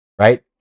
right